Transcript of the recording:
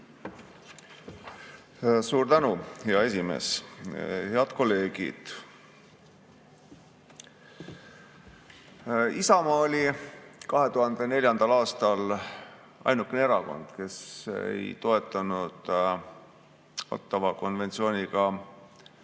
Suur tänu, hea esimees! Head kolleegid! Isamaa oli 2004. aastal ainukene erakond, kes ei toetanud Ottawa konventsiooniga